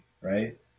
right